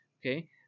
okay